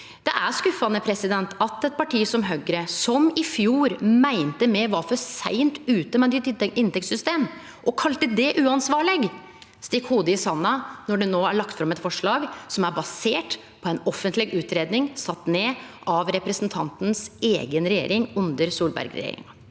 Det er skuffande at eit parti som Høgre, som i fjor meinte me var for seint ute med nytt inntektssystem og kalla det uansvarleg, stikk hovudet i sanda når det no er lagt fram eit forslag som er basert på ei offentleg utgreiing sett ned av representanten si eiga regjering, under Solberg-regjeringa.